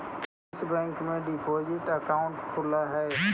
किस बैंक में deposit account खुलअ हई